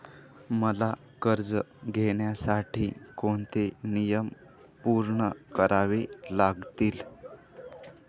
मला कर्ज घेण्यासाठी कोणते नियम पूर्ण करावे लागतील?